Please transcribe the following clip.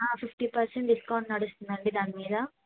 fifty percent discount నడుస్తుందండి దాని మీద